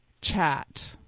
chat